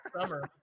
summer